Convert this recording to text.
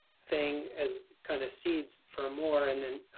thing as kind of seeds for a more. and then